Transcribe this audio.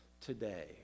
today